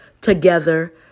together